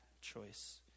choice